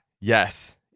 yes